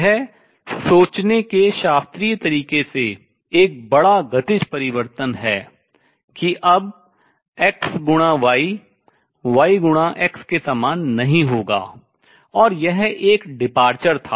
यह सोचने के शास्त्रीय तरीके से एक बड़ा गतिज परिवर्तन है कि अब x गुना y y गुना x के समान नहीं होगा और यह एक departure विचलन था